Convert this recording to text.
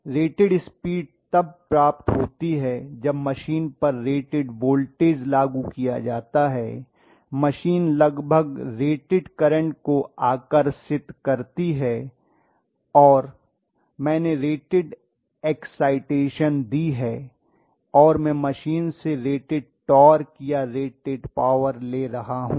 rated speed तब प्राप्त होती है जब मशीन पर रेटेड वोल्टेज लागू किया जाता है मशीन लगभग रेटेड करंट को आकर्षित करती है और मैंने रेटेड एक्साइटेशन दी है और मैं मशीन से रेटेड टॉर्क या रेटेड पावर ले रहा हूं